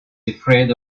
afraid